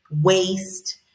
waste